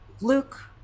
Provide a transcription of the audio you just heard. luke